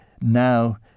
now